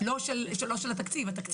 לא של התקציב.